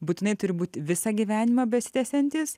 būtinai turi būti visą gyvenimą besitęsiantys